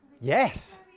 Yes